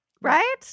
Right